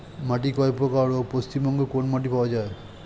মাটি কয় প্রকার ও পশ্চিমবঙ্গ কোন মাটি পাওয়া য়ায়?